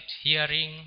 hearing